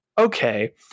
okay